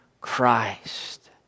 Christ